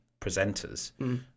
presenters